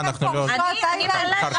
אחר כך.